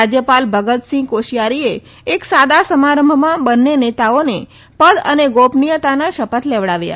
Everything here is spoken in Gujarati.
રાજયપાલ ભગતસિંહ કોશિયારીએ એક સાદા સમારંભમાં બંને નેતાઓને પદ અને ગોપનીયતાના શપથ લેવડાવ્યા